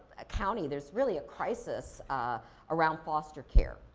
county, there's really a crisis around foster care.